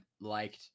liked